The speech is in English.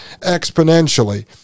exponentially